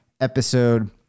episode